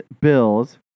Bills